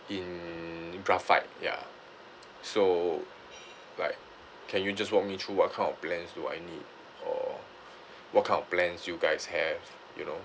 in graphite ya so like can you just walk me through what kind of plans do I need or what kind of plans you guys have you know